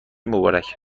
مبارک